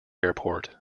airport